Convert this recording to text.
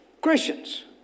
Christians